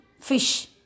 fish